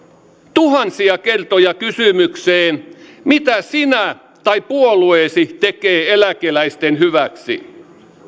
tuhansia kertoja kysymykseen mitä sinä teet tai puolueesi tekee eläkeläisten hyväksi